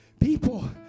People